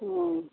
हूँ